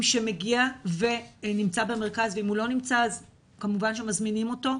שמגיע ונמצא במרכז ואם הוא לא נמצא אז כמובן שמזמינים אותו.